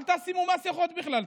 אל תשימו מסכות בכלל.